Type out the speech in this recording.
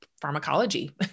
pharmacology